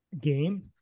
game